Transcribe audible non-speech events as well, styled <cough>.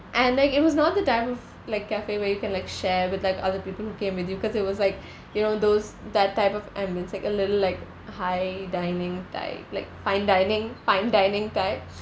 and like it was not the type of like cafe where you can like share with like other people who came with you cause it was like <breath> you know those that type of ambience like a little like high dining type like fine dining fine dining type